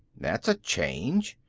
that's a change.